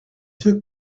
took